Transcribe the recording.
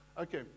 Okay